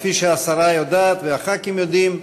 כפי שהשרה וחברי הכנסת יודעים,